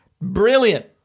Brilliant